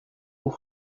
haut